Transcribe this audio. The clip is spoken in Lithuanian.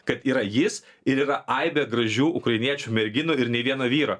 kad yra jis ir yra aibė gražių ukrainiečių merginų ir nei vieno vyro